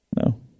No